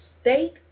state